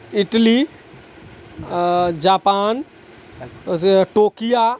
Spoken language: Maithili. Italy Japan Tokio